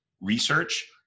Research